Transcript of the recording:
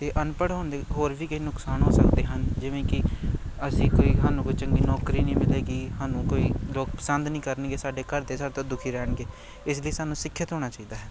ਅਤੇ ਅਨਪੜ੍ਹ ਹੋਣ ਦੇ ਹੋਰ ਵੀ ਕਈ ਨੁਕਸਾਨ ਹੋ ਸਕਦੇ ਹਨ ਜਿਵੇਂ ਕਿ ਅਸੀਂ ਕੋਈ ਸਾਨੂੰ ਕੋਈ ਚੰਗੀ ਨੌਕਰੀ ਨਹੀਂ ਮਿਲੇਗੀ ਸਾਨੂੰ ਕੋਈ ਲੋਕ ਪਸੰਦ ਨਹੀਂ ਕਰਨਗੇ ਸਾਡੇ ਘਰ ਦੇ ਸਾਡੇ ਤੋਂ ਦੁਖੀ ਰਹਿਣਗੇ ਇਸ ਲਈ ਸਾਨੂੰ ਸਿੱਖਿਅਤ ਹੋਣਾ ਚਾਹੀਦਾ ਹੈ